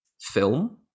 film